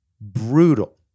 brutal